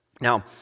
Now